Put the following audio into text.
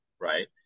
right